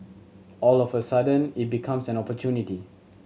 all of a sudden it becomes an opportunity